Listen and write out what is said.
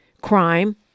crime